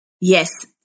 Yes